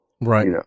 Right